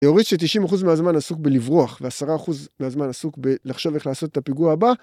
יוריד ש-90% מהזמן עסוק בלברוח, ו-10% מהזמן עסוק בלחשוב איך לעשות את הפיגוע הבא.